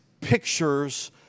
pictures